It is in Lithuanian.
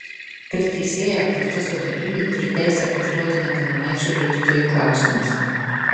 per teisėją proceso dalyviai turi teisę užduoti nepilnamečiui liudytojui klausimus